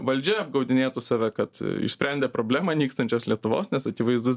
valdžia apgaudinėtų save kad išsprendė problemą nykstančios lietuvos nes akivaizdus